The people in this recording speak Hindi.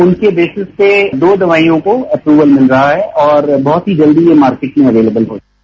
उनकी बेसिस में दो दवाईयों को एप्रूवल मिल रहा है और बहुत ही जल्दी ये मार्केट में एविलेवल होगी